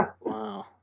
Wow